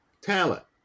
talent